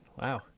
wow